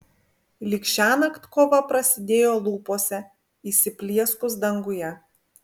lyg šiąnakt kova prasidėjo lūpose įsiplieskus danguje